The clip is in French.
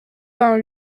vingt